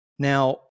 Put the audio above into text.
Now